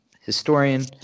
historian